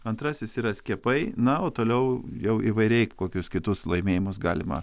antrasis yra skiepai na o toliau jau įvairiai kokius kitus laimėjimus galima